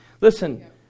Listen